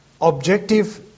objective